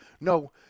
No